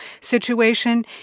situation